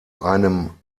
einem